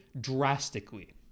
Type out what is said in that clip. drastically